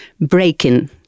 breaking